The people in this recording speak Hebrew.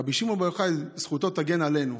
רבי שמעון בר יוחאי, זכותו תגן עלינו.